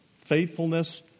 faithfulness